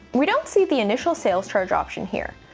we don't see the initial sales charge option here,